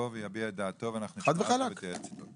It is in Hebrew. ויביע את דעתו ואנחנו נשמע אותו ונתייעץ איתו.